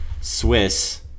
swiss